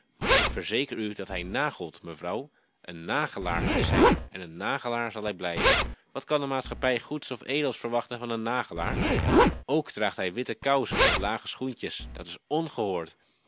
ik verzeker u dat hij nagelt mevrouw een nagelaar is hij en een nagelaar zal hij blijven wat kan de maatschappij goeds of edels verwachten van een nagelaar ook draagt hij witte kousen met lage schoentjes dat is ongehoord